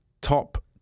top